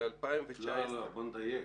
לא, בוא נדייק.